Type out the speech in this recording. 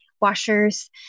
washers